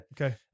Okay